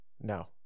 no